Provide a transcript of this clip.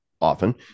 often